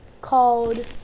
called